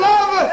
Love